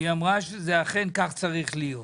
היא אמרה שאכן כך זה צריך להיות.